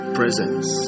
presence